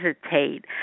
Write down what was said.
hesitate